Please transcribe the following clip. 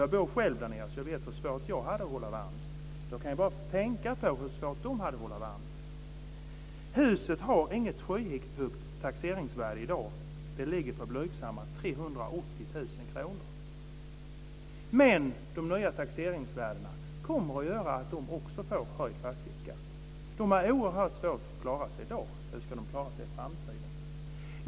Jag bor själv där nere, och jag vet hur svårt jag hade att hålla varmt. Då kan jag bara tänka på hur svårt de hade att hålla varmt. Huset har inget skyhögt taxeringsvärde i dag. Det ligger på blygsamma 380 000 kr. Men de nya taxeringsvärdena kommer att göra att de också får höjd fastighetsskatt. De har oerhört svårt att klara sig i dag. Hur ska de klara sig i framtiden?